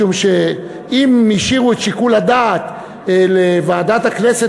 משום שאם השאירו את שיקול הדעת לוועדת הכנסת